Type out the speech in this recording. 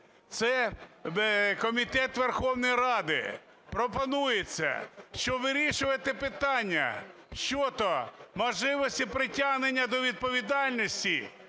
це Комітет Верховної Ради. Пропонується, що вирішувати питання щодо можливості притягнення до відповідальності